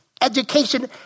education